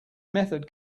method